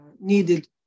needed